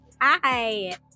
Hi